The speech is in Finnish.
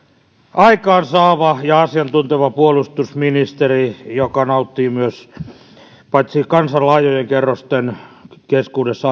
aikaansaava ja asiantunteva puolustusministeri joka nauttii paitsi kansan laajojen kerrosten keskuudessa